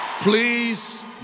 Please